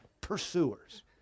pursuers